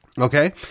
Okay